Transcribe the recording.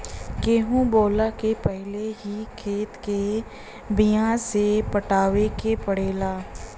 गेंहू बोअला के पहिले ही खेत के बढ़िया से पटावे के पड़ेला